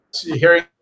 hearing